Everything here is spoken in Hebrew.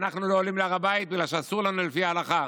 אנחנו לא עולים להר הבית בגלל שאסור לנו לפי ההלכה,